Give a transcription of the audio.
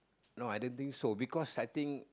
no I don't think so because I think